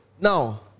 Now